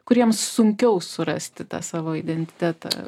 kuriems sunkiau surasti tą savo identitetą